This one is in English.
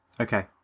Okay